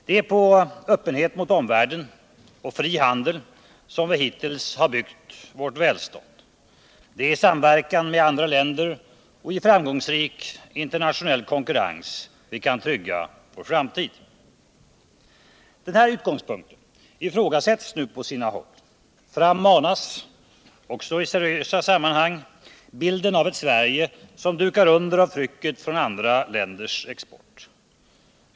Det är på öppenhet mot omvärlden och på fri handel vi hittills har byggt vårt välstånd. Det är i samverkan med andra länder och i framgångsrik internationell konkurrens vi kan trygga vår framtid. Den här utgångspunkten ifrågasätts nu på sina håll. Fram manas, också i seriösa sammanhang, bilden av ett Sverige som dukar under av trycket från andra länders export.